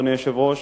אדוני היושב-ראש.